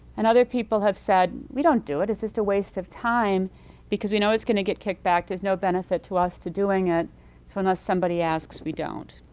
and other people have said, we don't do it. it's just a waste of time because we know it's going to get kicked back. there's no benefit to us to doing it so unless somebody asks, we don't.